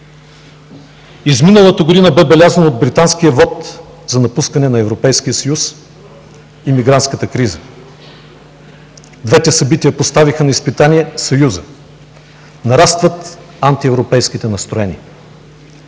Изминалата година беше белязана от британския вот за напускане на Европейския съюз и мигрантската криза. Двете събития поставиха на изпитание Съюза. Нарастват антиевропейските настроения.